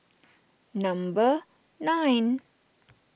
number nine